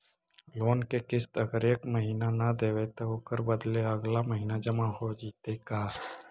Loan के किस्त अगर एका महिना न देबै त ओकर बदले अगला महिना जमा हो जितै का?